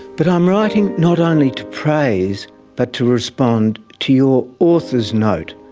but i'm writing not only to praise but to respond to your author's note,